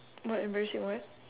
what embarrassing what